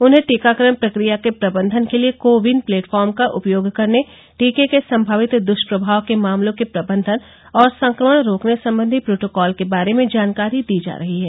उन्हें टीकाकरण प्रक्रिया के प्रबंधन के लिए को विन प्लेटफॉर्म का उपयोग करने टीके के संभावित दुष्प्रमाव के मामलों के प्रबंधन और संक्रमण रोकने संबंधी प्रोटोकॉल के बारे में जानकारी दी जा रही है